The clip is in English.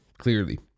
Clearly